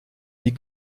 die